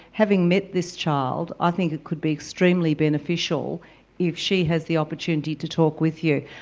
having met this child, i think it could be extremely beneficial if she has the opportunity to talk with you.